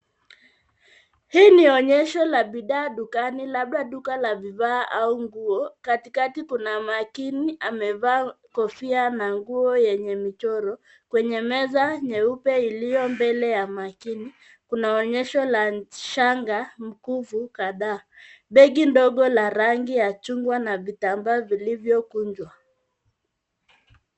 Hii ni onyesho la bidhaa dukani labda duka la vifaa au nguo. Katikati kuna maniquinn amevaa kofia na nguo yenye michoro. Kwenye meza nyeupe iliyo mbele ya maniquinn ,kuna onyesha la shanga, mkufu kadhaa. Begi ndogo la rangi ya chungwa na vitambaa vilivgokunjwa.